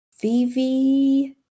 Vivi